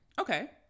Okay